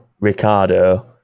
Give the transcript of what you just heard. Ricardo